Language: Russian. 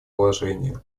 положения